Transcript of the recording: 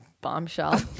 bombshell